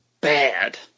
bad